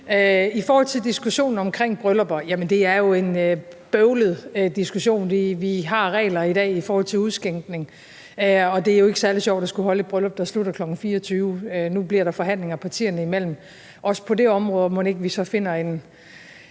I forhold til diskussionen om bryllupper vil jeg sige, at det jo er en bøvlet diskussion. Vi har regler i dag i forhold til udskænkning, og det er jo ikke særlig sjovt at skulle holde et bryllup, der slutter kl. 24. Nu bliver der forhandlinger partierne imellem også på det område, og mon ikke vi så finder en